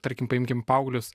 tarkim paimkim paauglius